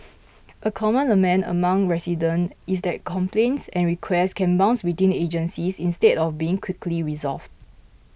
a common lament among resident is that complaints and request can bounce between agencies instead of being quickly resolved